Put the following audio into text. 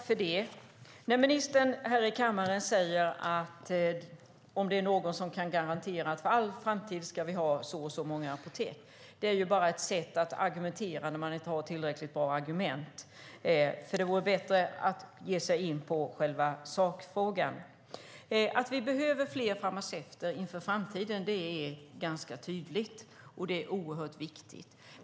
Fru talman! Ministern undrar här i kammaren om det är någon som kan garantera att vi för alltid ska ha så och så många apotek. Det är ett sätt att argumentera som man kan använda när man inte har tillräckligt bra argument. Det vore bättre att ge sig in på själva sakfrågan. Att vi behöver fler farmaceuter inför framtiden är tydligt och oerhört viktigt.